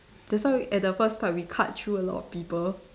that's why at the first part we cut through a lot of people